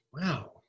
Wow